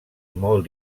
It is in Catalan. molt